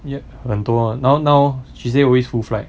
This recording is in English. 也很多 now now she say always full flight